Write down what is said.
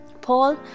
Paul